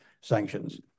sanctions